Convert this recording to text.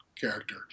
character